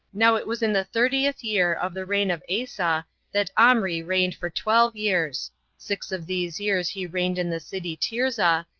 now it was in the thirtieth year of the reign of asa that omri reigned for twelve years six of these years he reigned in the city tirzah,